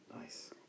Nice